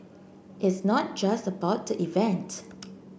it's not just about the event